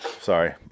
Sorry